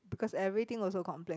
because everything also complain